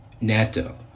NATO